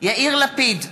יאיר לפיד,